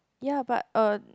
ya but uh